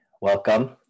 Welcome